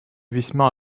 весьма